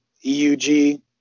EUG